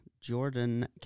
Jordan